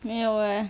没有 leh